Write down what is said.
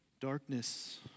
Darkness